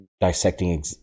dissecting